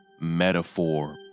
metaphor